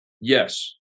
Yes